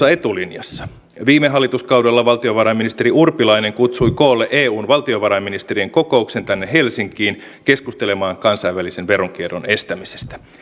etulinjassa viime hallituskaudella valtiovarainministeri urpilainen kutsui koolle eun valtiovarainministerien kokouksen tänne helsinkiin keskustelemaan kansainvälisen veronkierron estämisestä